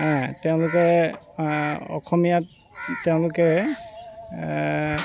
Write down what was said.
তেওঁলোকে অসমীয়াত তেওঁলোকে